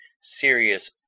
serious